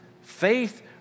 faith